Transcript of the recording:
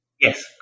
yes